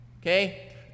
Okay